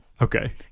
Okay